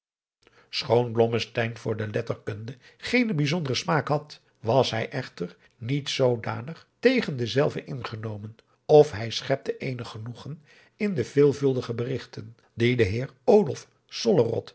blommesteyn voor de letterkunde geenen bijzonderen smaak had was hij echter adriaan loosjes pzn het leven van johannes wouter blommesteyn niet zoodanig tegen dezelve ingenomen of hij schepte eenig genoegen in de veelvuldige berigten die de heer